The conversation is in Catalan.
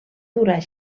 durar